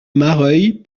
mareuil